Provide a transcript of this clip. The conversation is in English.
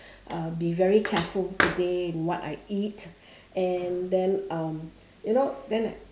uh be very careful today in what I eat and then um you know then I